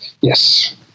Yes